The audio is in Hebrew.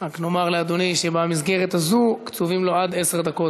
רק נאמר לאדוני שבמסגרת הזאת קצובות לו עד עשר דקות,